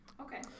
okay